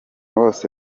bose